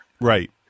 Right